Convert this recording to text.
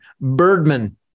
Birdman